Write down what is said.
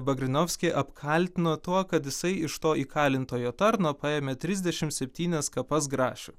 bagrinauskį apkaltino tuo kad jisai iš to įkalintojo tarno paėmė trisdešimt septynias kapas grašių